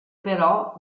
però